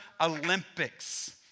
Olympics